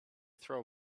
throw